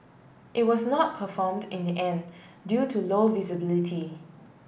it was not performed in the end due to low visibility